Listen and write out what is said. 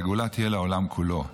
הגאולה תהיה לעולם כולו.